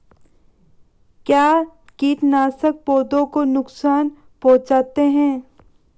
क्या कीटनाशक पौधों को नुकसान पहुँचाते हैं?